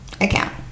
account